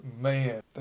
man